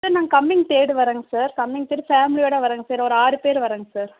sir நாங்கள் coming third வரோங்க sir coming third ஃபேமிலியோடய வரோங்க சார் ஒரு ஆறு பேர் வரோங்க சார்